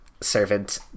servant